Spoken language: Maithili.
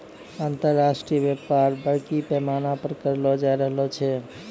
अन्तर्राष्ट्रिय व्यापार बरड़ी पैमाना पर करलो जाय रहलो छै